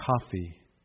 coffee